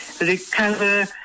recover